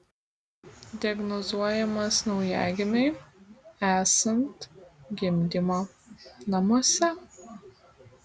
diagnozuojamas naujagimiui esant gimdymo namuose